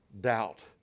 doubt